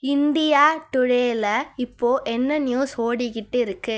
India டுடேவில இப்போ என்ன நியூஸ் ஓடிக்கிட்டு இருக்கு